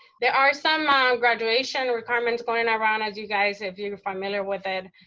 there are some um graduation requirements going and around, as you guys, if you are familiar with it,